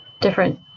different